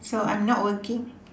so I'm not working